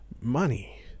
money